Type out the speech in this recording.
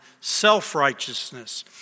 self-righteousness